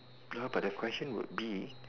ya but that question would be